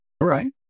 Right